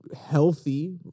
healthy